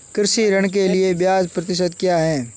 कृषि ऋण के लिए ब्याज प्रतिशत क्या है?